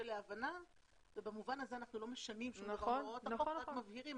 להבנה ובמובן הזה אנחנו לא משנים מהוראות החוק אלא רק מבהירים.